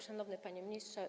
Szanowny Panie Ministrze!